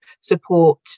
support